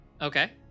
Okay